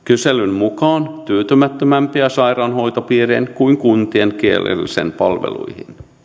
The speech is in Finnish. mukaan tyytymättömämpiä sairaanhoitopiirien kuin kuntien kielellisiin palveluihin